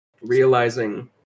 realizing